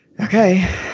Okay